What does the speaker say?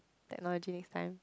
technology next time